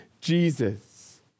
Jesus